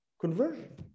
conversion